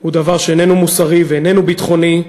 הוא דבר שאיננו מוסרי ואיננו ביטחוני.